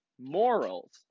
morals